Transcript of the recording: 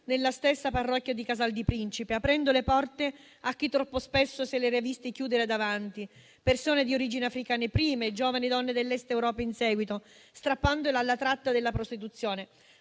nella stessa parrocchia di Casal di Principe, aprendo le porte a chi troppo spesso se le era viste chiudere davanti: persone di origine africana prima e giovani donne dell'Est Europa in seguito, strappandole alla tratta della prostituzione.